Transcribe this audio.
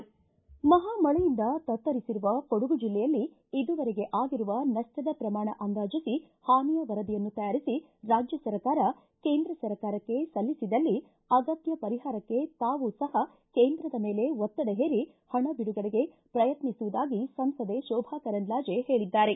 ಮಹಾಮಳೆಯಿಂದ ತತ್ತರಿಸಿರುವ ಕೊಡಗು ಜಿಲ್ಲೆಯಲ್ಲಿ ಇದುವರೆಗೆ ಆಗಿರುವ ನಷ್ಟದ ಪ್ರಮಾಣ ಅಂದಾಜಿಸಿ ಹಾನಿಯ ವರದಿಯನ್ನು ತಯಾರಿಸಿ ರಾಜ್ಯ ಸರ್ಕಾರ ಕೇಂದ್ರ ಸರ್ಕಾರಕ್ಕೆ ಸಲ್ಲಿಸಿದಲ್ಲಿ ಅಗತ್ಯ ಪರಿಹಾರಕ್ಕೆ ತಾವು ಸಹ ಕೇಂದ್ರದ ಮೇಲೆ ಒತ್ತಡ ಹೇರಿ ಹಣ ಬಿಡುಗಡೆಗೆ ಪ್ರಯತ್ನಿಸುವುದಾಗಿ ಸಂಸದೆ ಶೋಭಾ ಕರಂದ್ಲಾಜೆ ಹೇಳಿದ್ದಾರೆ